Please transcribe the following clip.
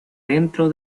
dentro